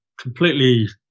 completely